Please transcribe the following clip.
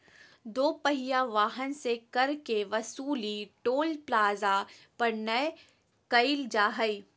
दो पहिया वाहन से कर के वसूली टोल प्लाजा पर नय कईल जा हइ